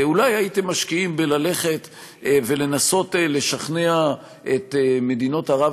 אולי הייתם משקיעים בללכת ולנסות לשכנע את מדינות ערב